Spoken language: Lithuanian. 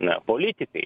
na politikai